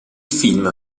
film